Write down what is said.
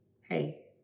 hey